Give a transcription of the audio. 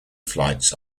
flights